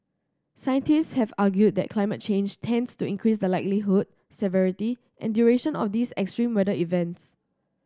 scientists have argued that climate change tends to increase the likelihood severity and duration of these extreme weather events